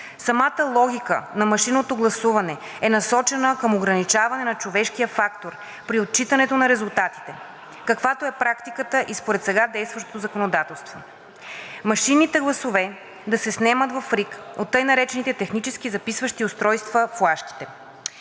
Самата логика на машинното гласуване е насочена към ограничаване на човешкия фактор при отчитането на резултатите, каквато е практиката и според сега действащото законодателство. Машинните гласове да се снемат в РИК от тъй наречените технически записващи устройства – флашките.